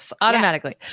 automatically